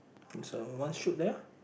so one shoot there